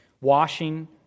washing